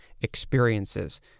experiences